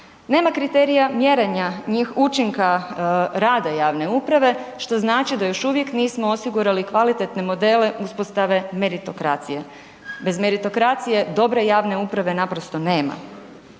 Nema kriterija mjerenja ni učinka rada javne uprave, što znači da još uvijek nismo osigurali kvalitetne modele uspostave meritokracije. Bez meritokracije dobre javne uprave naprosto nema.